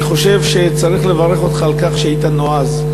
אני חושב שצריך לברך אותך על כך שהיית נועז.